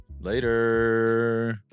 Later